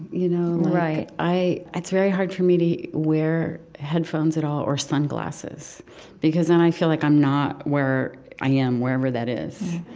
you know? right it's very hard for me to wear headphones at all or sunglasses because then i feel like i'm not where i am, wherever that is.